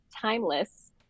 TIMELESS